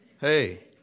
Hey